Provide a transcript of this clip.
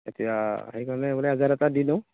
এতিয়া সেইকাৰণে মানে এজাহাৰ এটা দি দিওঁ